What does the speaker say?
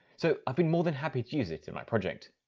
so i've been more than happy to use it in my project.